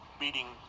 beating